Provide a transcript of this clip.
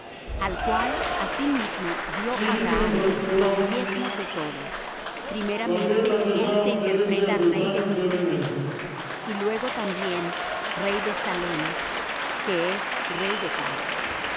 al cual asimismo dió abraham los diezmos de todo primeramente él se interpreta rey de justicia y luego también rey de salem que es rey de paz